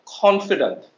confident